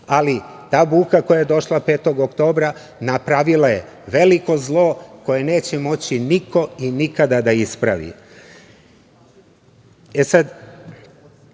ali ta buka koja je došla 5. oktobra napravila je veliko zlo koje neće moći niko i nikada da ispravi. Sad,